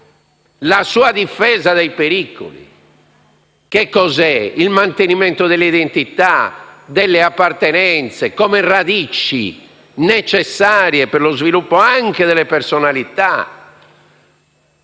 la sua difesa dai pericoli. In cosa consiste il mantenimento delle identità e delle appartenenze come radici necessarie per lo sviluppo anche delle personalità?